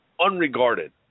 unregarded